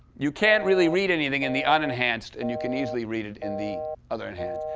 you can't really read anything in the unenhanced, and you can easily read it in the other and hand.